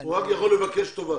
הוא רק יכול לבקש טובה.